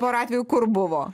porą atvejų kur buvo